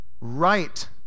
right